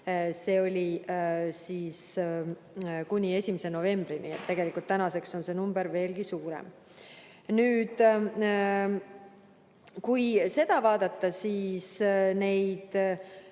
See oli siis 1. novembriks. Tegelikult tänaseks on see number veelgi suurem. Kui seda vaadata, siis neid